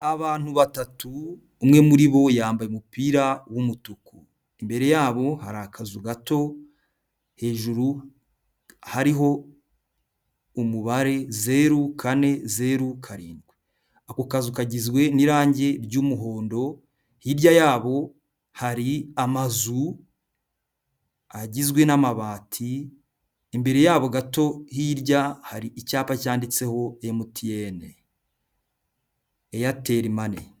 Abantu batatu, umwe muri bo yambaye umupira w'umutuku, imbere yabo hari akazu gato hejuru hariho umubare zeru kane, zeru karindwi. Ako kazu kagizwe n'irangi ry'umuhondo hirya yabo hari amazu agizwe n'amabati, imbere yabo gato hirya hari icyapa cyanditseho MTN, Eyateri mani.